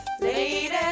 Lady